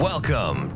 Welcome